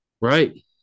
Right